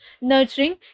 nurturing